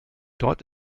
dort